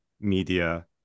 media